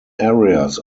areas